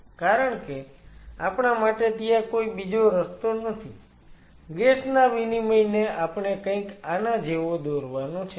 કારણ કે આપણા માટે ત્યાં બીજો કોઈ રસ્તો નથી ગેસ ના વિનિમયને આપણે કંઈક આના જેવો દોરવાનો છે